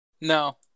No